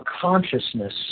consciousness